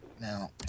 Now